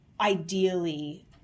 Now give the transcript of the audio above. ideally